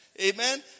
Amen